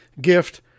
Gift